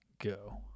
go